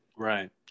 Right